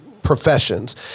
Professions